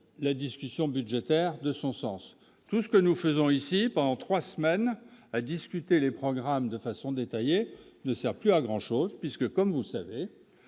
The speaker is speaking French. les discussions budgétaires de son sens, tout ce que nous faisons ici pendant 3 semaines à discuter les programmes de façon détaillée ne sert plus à grand chose puisque, comme vous savez,